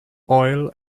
oil